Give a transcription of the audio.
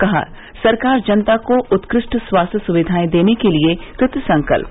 कहा सरकार जनता को उत्कृष्ट स्वास्थ्य सुविधाएं देने के लिए कृत संकल्प